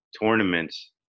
tournaments